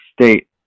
state